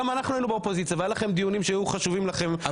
גם אנחנו היינו באופוזיציה וכשהיו לכם דיונים שהיו חשובים לכם,